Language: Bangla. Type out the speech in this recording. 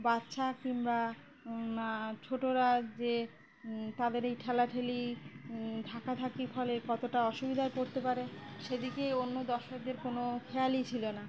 বাচ্চা কিংবা ছোটরা যে তাদের এই ঠেলাঠেলি ধাক্কাধাক্কির ফলে কতটা অসুবিধায় পড়তে পারে সেদিকেই অন্য দর্শকদের কোনো খেয়ালই ছিল না